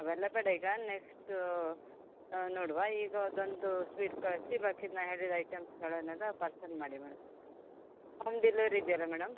ಅವೆಲ್ಲ ಬೇಡ ಈಗ ನೆಕ್ಸ್ಟೂ ನೋಡುವ ಈಗ ಅದೊಂದು ಸ್ವೀಟ್ ಕಳಿಸಿ ಬಾಕಿದು ನಾನು ಹೇಳಿದ ಐಟಮ್ಮುಗಳನ್ನೆಲ್ಲ ಪಾರ್ಸಲ್ ಮಾಡಿ ಮೇಡಮ್ ಹೋಮ್ ಡೆಲ್ವರಿ ಇದೆಯಲ್ಲ ಮೇಡಮ್